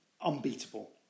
unbeatable